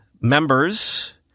members